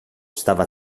stava